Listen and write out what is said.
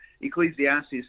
Ecclesiastes